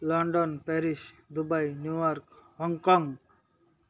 London Paris Dubai New York Hong Kong